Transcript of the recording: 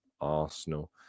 Arsenal